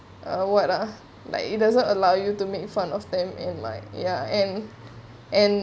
uh what ah like it doesn't allow you to make fun of them and like ya and and